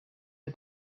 you